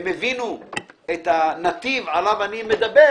אם הם הבינו את הנתיב שעליו אני מדבר